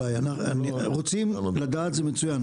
רוצים לדעת, זה מצוין.